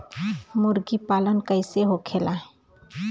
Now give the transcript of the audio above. मुर्गी पालन कैसे होखेला?